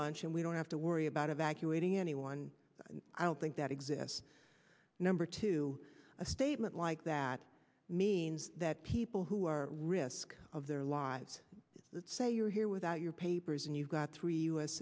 bunch and we don't have to worry about evacuating anyone i don't think that exists number two a statement like that means that people who are risk of their lives let's say you're here without your papers and you've got three u